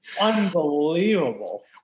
Unbelievable